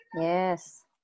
Yes